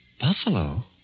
Buffalo